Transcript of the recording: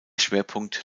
schwerpunkt